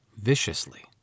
viciously